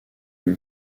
une